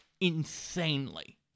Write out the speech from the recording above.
insanely